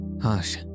Hush